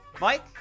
mike